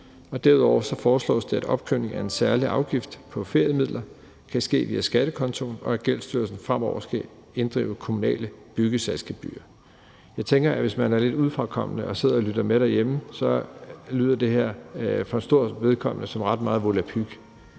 Derudover foreslås det, at opkrævning af en særlig afgift på feriemidler kan ske via skattekontoen, og at Gældsstyrelsen fremover skal inddrive kommunale byggesagsgebyrer. Jeg tænker, at hvis man er lidt udefrakommende og sidder og lytter med derhjemme, lyder det her for en stor dels vedkommende som ret meget volapyk.